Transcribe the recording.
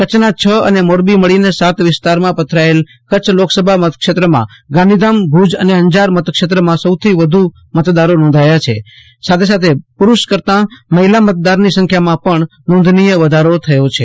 કચ્છના છ અને મોરબી મળને સાત વિસ્તારમાં પથરાયેલા કચ્છ લોકસભા મતક્ષેત્રમાં ગાંધીધામ ભુજ અને અંજાર મતક્ષેત્રમાં સૌથી વધુ મતદારો નોંધાયા છે તેમ છતાં પુરૂષ કરતા મહિલા મતદારની સંખ્યામાં પણ નોંધનીય વધારો થયો છે